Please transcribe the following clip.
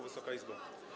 Wysoka Izbo!